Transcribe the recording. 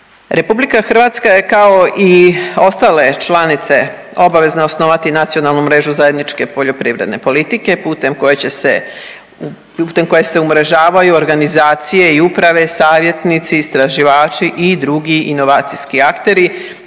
i drugo. RH je kao i ostale članice obavezna osnovati Nacionalnu mrežu zajedničke poljoprivredne politike putem kojem će se, putem koje se umrežavaju organizacije i uprave, savjetnici, istraživači i drugi inovacijski akteri,